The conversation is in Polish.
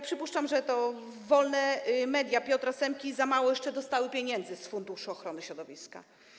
Przypuszczam, że to wolne media Piotra Semki dostały jeszcze za mało pieniędzy z funduszu ochrony środowiska.